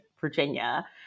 Virginia